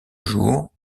jours